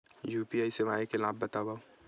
UPI सेवाएं के लाभ बतावव?